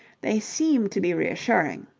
they seemed to be reassuring.